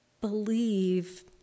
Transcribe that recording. believe